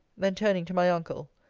then turning to my uncle,